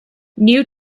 new